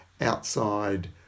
outside